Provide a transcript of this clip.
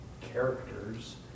characters